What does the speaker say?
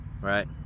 right